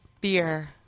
Beer